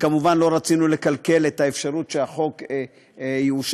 וכמובן לא רצינו לקלקל את האפשרות שהחוק יאושר,